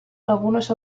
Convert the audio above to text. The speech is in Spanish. algunos